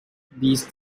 these